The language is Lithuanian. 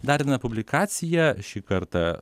dar viena publikacija šį kartą